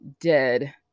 dead